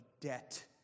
debt